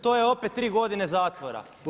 To je opet 3 godine zatvora.